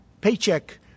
paycheck